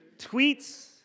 Tweets